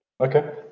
Okay